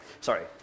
sorry